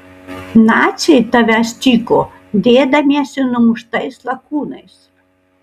naciai tavęs tyko dėdamiesi numuštais lakūnais